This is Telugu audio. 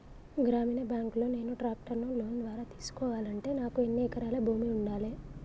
గ్రామీణ బ్యాంక్ లో నేను ట్రాక్టర్ను లోన్ ద్వారా తీసుకోవాలంటే నాకు ఎన్ని ఎకరాల భూమి ఉండాలే?